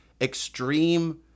extreme